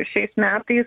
šiais metais